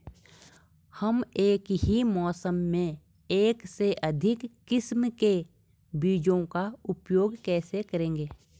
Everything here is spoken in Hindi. हम एक ही मौसम में एक से अधिक किस्म के बीजों का उपयोग कैसे करेंगे?